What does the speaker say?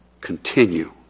continue